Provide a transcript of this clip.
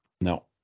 No